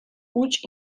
huts